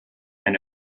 and